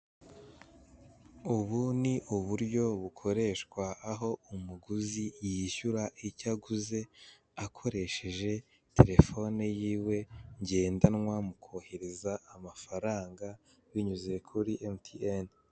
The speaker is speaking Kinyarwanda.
Ubu ni uburyo bukoreshwa aho umuguzi yishyura icyo aguze akoresheje telefone yiwe ngendanwa, mu kohereza amafaranga binyuze kuri emutiyene.